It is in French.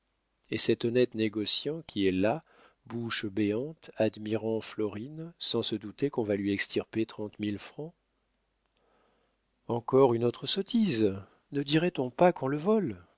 et cet honnête négociant qui est là bouche béante admirant florine sans se douter qu'on va lui extirper trente mille francs encore une autre sottise ne dirait-on pas qu'on le vole